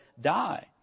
die